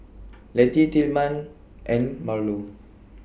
Letty Tillman and Marlo